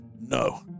No